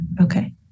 Okay